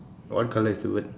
what colour is the bird